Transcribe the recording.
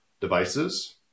devices